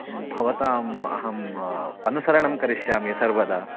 भवताम् अहं अनुसरणं करिष्यामि सर्वदा